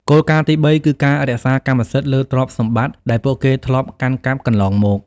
គោលការណ៍ទីបី គឺការរក្សាកម្មសិទ្ធិលើទ្រព្យសម្បត្តិដែលពួកគេធ្លាប់កាន់កាប់កន្លងមក។